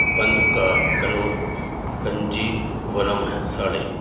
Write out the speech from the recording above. بند کا کنجی ورم ساڑی